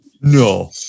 No